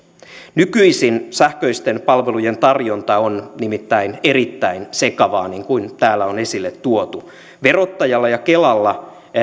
nykyisin sähköisten palvelujen tarjonta on nimittäin erittäin sekavaa niin kuin täällä on esille tuotu verottajalla ja kelalla